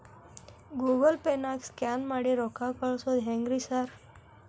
Google ಪೇನಾಗ scan ಮಾಡಿ ರೊಕ್ಕಾ ಕಳ್ಸೊದು ಹೆಂಗ್ರಿ ಸಾರ್?